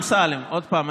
עוד פעם,